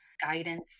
guidance